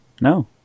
No